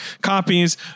copies